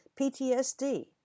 PTSD